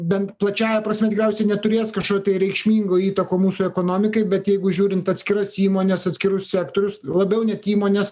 bent plačiąja prasme tikriausiai neturės kažkokių tai reikšmingų įtakų mūsų ekonomikai bet jeigu žiūrint atskiras įmones atskirus sektorius labiau net įmones